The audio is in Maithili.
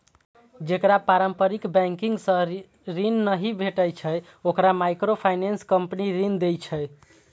जेकरा पारंपरिक बैंकिंग सं ऋण नहि भेटै छै, ओकरा माइक्रोफाइनेंस कंपनी ऋण दै छै